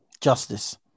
justice